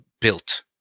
built